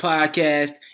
Podcast